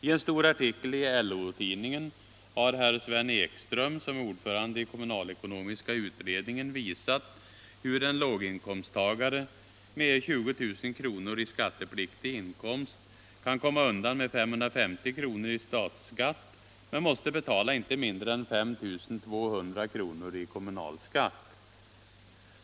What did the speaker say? I en stor artikel i LO-tidningen har herr Sven Ekström, som är ordförande i kommunalekonomiska utredningen, visat hur en låginkomsttagare med 20 000 kr. i skattepliktig inkomst kan komma undan med 550 kr. i statsskatt men att han måste betala inte mindre än 5 200 kr i kommunalskatt.